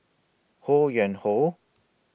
Ho Yuen Hoe